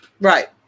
Right